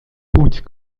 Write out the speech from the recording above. путь